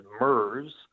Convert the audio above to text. MERS